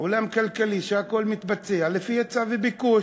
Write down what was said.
כלכלי שהכול בו מתבצע לפי היצע וביקוש.